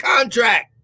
contract